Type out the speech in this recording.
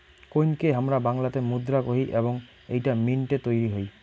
কোইনকে হামরা বাংলাতে মুদ্রা কোহি এবং এইটা মিন্ট এ তৈরী হই